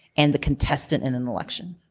and the contestant in an election.